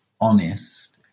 honest